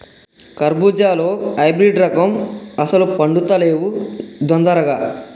కర్బుజాలో హైబ్రిడ్ రకం అస్సలు పండుతలేవు దొందరగా